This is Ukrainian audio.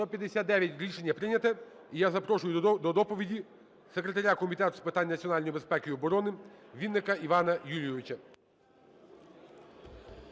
За-159 Рішення прийнято. І я запрошую до доповіді секретаря Комітету з питань національної безпеки і оборони Вінника Івана Юлійовича.